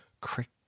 Crick